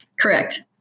Correct